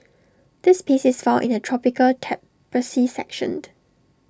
this piece is found in the tropical tapestry sectioned